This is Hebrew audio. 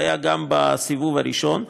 זה היה גם בסיבוב הראשון.